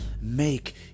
Make